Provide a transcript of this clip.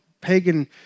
pagan